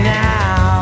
now